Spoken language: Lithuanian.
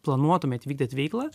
planuotumėt vykdyt veiklą